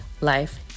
life